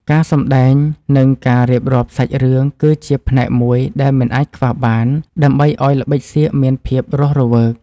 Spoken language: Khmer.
ការសម្តែង និង ការរៀបរាប់សាច់រឿងគឺជាផ្នែកមួយដែលមិនអាចខ្វះបានដើម្បីឱ្យល្បិចសៀកមានភាពរស់រវើក។